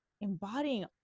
embodying